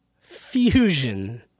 fusion